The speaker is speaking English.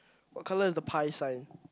what colour is the pie sign